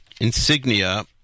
insignia